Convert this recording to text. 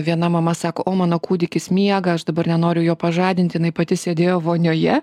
viena mama sako o mano kūdikis miega aš dabar nenoriu jo pažadint jinai pati sėdėjo vonioje